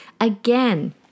Again